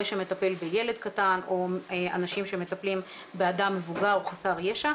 שמטפל בילד קטן או אנשים שמטפלים באדם מבוגר או חסר ישע.